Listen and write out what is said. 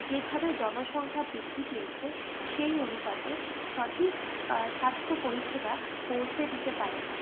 যেভাবে জনসংখ্যা বৃদ্ধি পেয়েছে সেই অনুপাতে সঠিক স্বাস্থ্য পরিষেবা পৌঁছে দিতে পারে নি